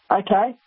okay